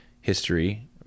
history